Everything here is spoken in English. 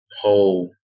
whole